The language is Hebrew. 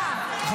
מדינת ישראל.